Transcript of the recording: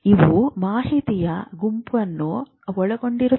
ಇವು ಮಾಹಿತಿಯ ಗುಂಪನ್ನು ಒಳಗೊಂಡಿರುತ್ತದೆ